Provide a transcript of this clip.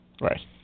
Right